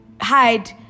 hide